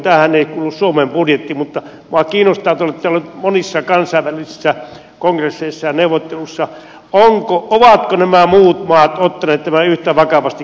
tämähän ei kuulu suomen budjettiin mutta minua kiinnostaa kun te olette olleet monissa kansainvälisissä kongresseissa ja neuvotteluissa ovatko nämä muut maat ottaneet tämän yhtä vakavasti kuin me otamme